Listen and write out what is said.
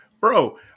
bro